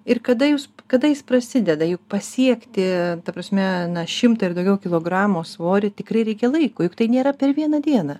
ir kada jūs kada jis prasideda juk pasiekti ta prasme na šimtą ir daugiau kilogramų svorį tikrai reikia laiko juk tai nėra per vieną dieną